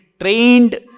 trained